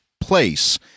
place